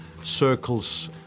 circles